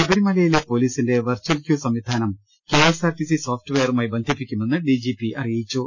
ശബരിമലയിലെ പൊലീസിന്റെ virtual queue സംവിധാനം കെഎസ്ആർടിസി സോഫ്റ്റ്വെയറുമായി ബന്ധിപ്പിക്കുമെന്ന് ഡിജിപി അറിയിച്ചു